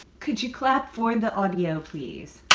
could you clap for the audio, please?